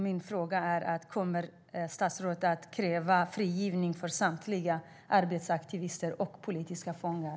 Min fråga är: Kommer statsrådet att kräva frigivning av samtliga arbetsaktivister och politiska fångar?